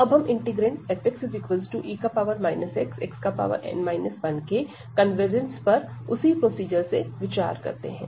तो अब हम इंटीग्रैंड fxe xxn 1 के कन्वर्जेंस पर उसी प्रोसीजर से विचार करते हैं